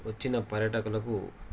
వచ్చిన పర్యాటకులకు